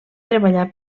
treballar